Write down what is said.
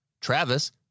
TRAVIS